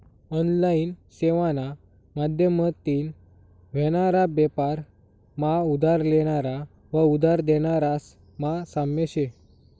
online सेवाना माध्यमतीन व्हनारा बेपार मा उधार लेनारा व उधार देनारास मा साम्य शे